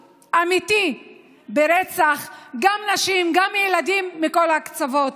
אמיתי ברצח גם של נשים וגם של ילדים מכל הקצוות,